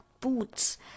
boots